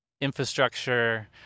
infrastructure